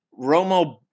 Romo